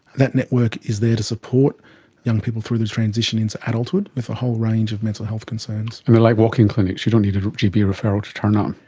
that network is there to support young people through their transition into adulthood with a whole range of mental health concerns. and they are like walk-in clinics, you don't need a gp referral to turn um